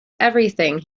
everything